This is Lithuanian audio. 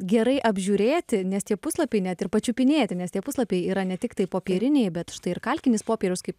gerai apžiūrėti nes tie puslapiai net ir pačiupinėti nes tie puslapiai yra ne tiktai popieriniai bet štai ir kalkinis popierius kaip